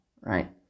right